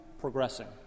progressing